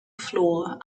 floor